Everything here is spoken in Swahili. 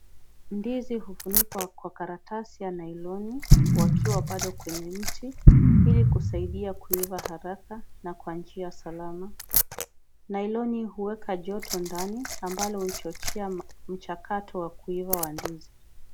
Ndizi hufunikwa kwa karatasi ya nailoni , wakiwa bado kwenye mti ili kusaidia kuiva haraka na kwa njia salama. Nailoni huweka joto ndani, ambalo huchochea mchakato wa kuiva wa ndizi.